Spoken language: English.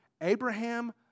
Abraham